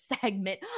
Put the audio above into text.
segment